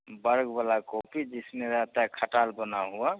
वर्ग वाली कॉपी जिसमें रहती है खटाल बनी हुई